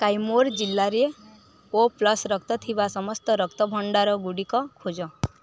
କାଇମୁର ଜିଲ୍ଲାରେ O plus ରକ୍ତ ଥିବା ସମସ୍ତ ରକ୍ତ ଭଣ୍ଡାରଗୁଡ଼ିକ ଖୋଜ